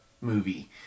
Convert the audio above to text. Movie